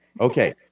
Okay